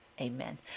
Amen